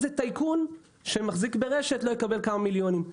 ועוד איזה טייקון שמחזיק ברשת לא יקבל כמה מיליונים.